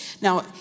Now